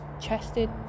chested